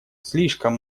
слишком